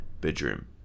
bedroom